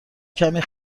کمی